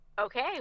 okay